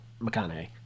McConaughey